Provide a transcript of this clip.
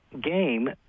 game